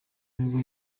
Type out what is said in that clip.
nibwo